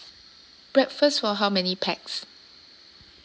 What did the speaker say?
breakfast for how many pax